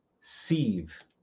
sieve